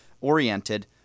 oriented